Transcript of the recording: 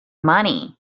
money